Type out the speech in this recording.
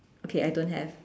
okay I don't have